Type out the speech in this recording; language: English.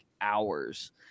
hours